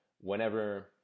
whenever